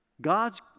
God's